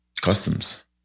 customs